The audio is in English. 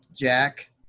Jack